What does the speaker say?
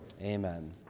Amen